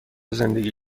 زندگی